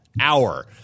hour